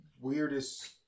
weirdest